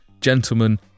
gentlemen